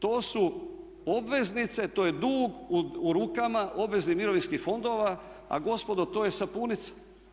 To su obveznice, to je dug u rukama obveznih mirovinskih fondova a gospodo to je sapunica.